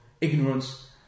ignorance